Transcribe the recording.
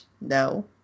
no